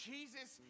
Jesus